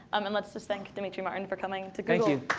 um and let's just thank demetri martin for coming to